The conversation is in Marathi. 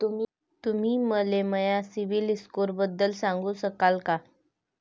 तुम्ही मले माया सीबील स्कोअरबद्दल सांगू शकाल का?